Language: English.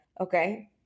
okay